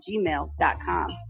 gmail.com